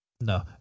No